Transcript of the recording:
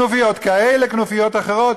כנופיות כאלה וכנופיות אחרות?